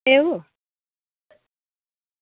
એવું